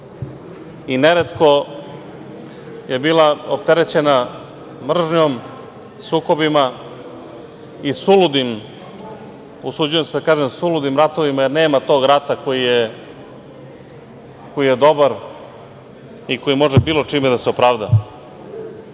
i neretko je bila opterećena mržnjom, sukobima i suludim, usuđujem se da kažem suludim ratovima, jer nema tog rata koji je dobar i koji može bilo čime da se opravda. Upravo